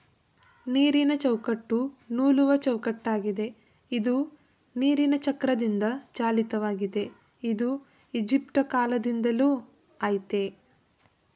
ನೀರಿನಚೌಕಟ್ಟು ನೂಲುವಚೌಕಟ್ಟಾಗಿದೆ ಇದು ನೀರಿನಚಕ್ರದಿಂದಚಾಲಿತವಾಗಿದೆ ಇದು ಈಜಿಪ್ಟಕಾಲ್ದಿಂದಲೂ ಆಯ್ತೇ